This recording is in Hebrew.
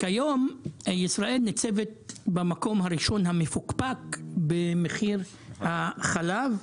כיום ישראל ניצבת במקום הראשון המפוקפק במחיר החלב,